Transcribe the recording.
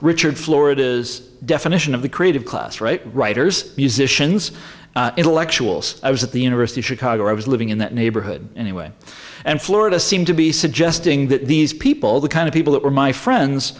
richard florida is definition of the creative class right writers musicians intellectuals i was at the university of chicago i was living in that neighborhood anyway and florida seemed to be suggesting that these people the kind of people that were my friends